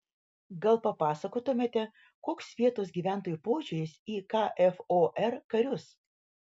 gal papasakotumėte koks vietos gyventojų požiūris į kfor karius